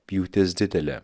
pjūtis didelė